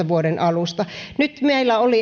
vuoden kaksituhattayhdeksäntoista alusta nyt meillä oli